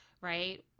right